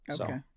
okay